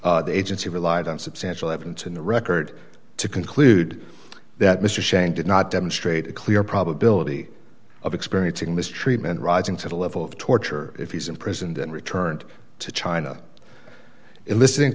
agency relied on substantial evidence in the record to conclude that mr shank did not demonstrate a clear probability of experiencing mistreatment rising to the level of torture if he's imprisoned and returned to china it listening